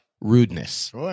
rudeness